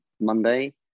Monday